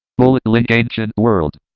bullet link. ancient world.